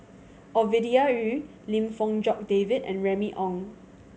Ovidia Yu Lim Fong Jock David and Remy Ong